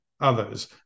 others